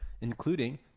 including